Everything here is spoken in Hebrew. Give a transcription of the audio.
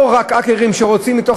אלה לא רק האקרים שרוצים לפרוץ רק מתוך